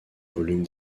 volume